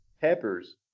peppers